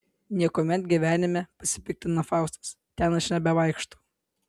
niekuomet gyvenime pasipiktina faustas ten aš nebevaikštau